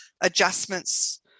adjustments